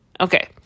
Okay